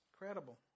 Incredible